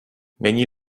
není